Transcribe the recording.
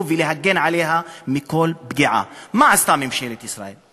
ולהגן עליה מכל פגיעה." מה עשתה ממשלת ישראל?